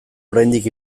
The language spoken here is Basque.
oraindik